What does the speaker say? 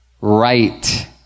right